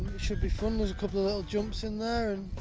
should be fun. there's couple of little jumps in there,